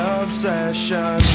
obsession